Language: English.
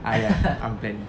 ah ya unplanned